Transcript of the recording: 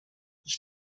ich